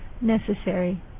necessary